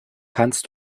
kannst